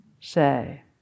Say